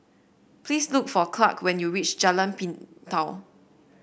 please look for Clarke when you reach Jalan Pintau